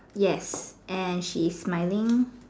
yes and she's smiling